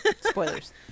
spoilers